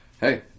Hey